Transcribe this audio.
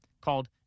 called